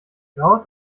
raus